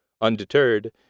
Undeterred